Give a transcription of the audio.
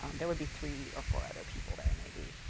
there would be three or four other people there. maybe.